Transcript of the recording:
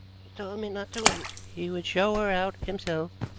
he told me not to wait. he would show her out himself.